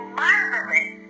marvelous